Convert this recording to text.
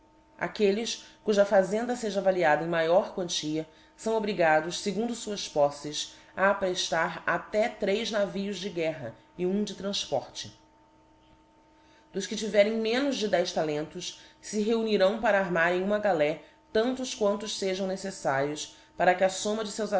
aquelles cuja fazenda feja avaliada em maior quantia fão obrigados fegundo fuás poítes a apreílar até três navios de guerra e um de tranfporte dos que tiverem menos de dez talentos fe reunirão para armarem uma galé tantos quantos fejam neceífaríos para que a fomma de feus